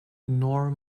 nor